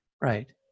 right